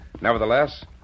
Nevertheless